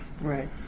right